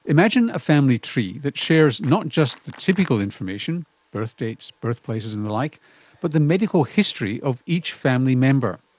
imagine a family tree that shared not just the typical information birthdates, birthplaces and the like but the medical history of each family member.